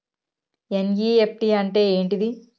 NEFT అంటే ఏంటిది?